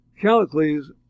Callicles